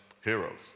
heroes